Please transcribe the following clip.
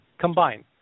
Combine